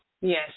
Yes